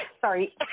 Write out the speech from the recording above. Sorry